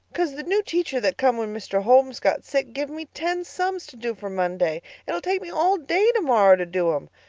cause the new teacher that come when mr. holmes got sick give me ten sums to do for monday. it'll take me all day tomorrow to do them.